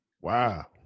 Wow